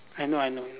I know I know